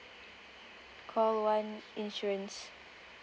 call one insurance